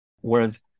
Whereas